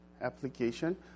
application